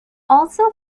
also